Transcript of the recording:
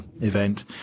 event